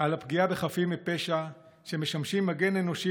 על הפגיעה בחפים מפשע שמשמשים מגן אנושי